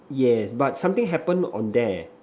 yes but something happen on there